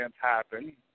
happen